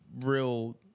real